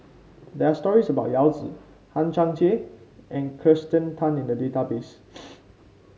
there are stories about Yao Zi Hang Chang Chieh and Kirsten Tan in the database